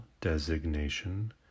designation